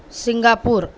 Singapore